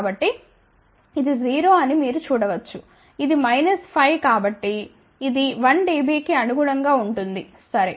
కాబట్టి ఇది 0 అని మీరు చూడ చ్చు ఇది మైనస్ 5 కాబట్టి ఇది 1 dB కి అనుగుణంగా ఉంటుంది సరే